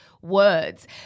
words